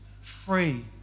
free